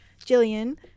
jillian